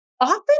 often